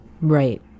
Right